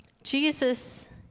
Jesus